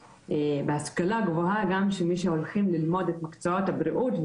בהשכלה הגבוהה גם של מי שהולכים ללמוד את מקצועות הבריאות,